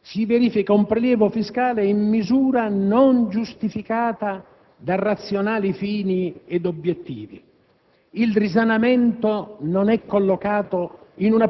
si verifica un prelievo fiscale in misura non giustificata da razionali fini ed obiettivi.